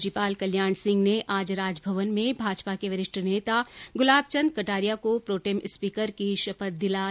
राज्यपाल कल्याण सिंह ने आज राजभवन में भाजपा के वरिष्ठ नेता गुलाब चन्द कटारिया को प्रोटेम स्पीकर की शपथ दिला दिलाई